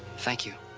thank you.